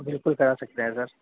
بالکل کرا سکتے ہیں سر